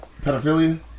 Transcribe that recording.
Pedophilia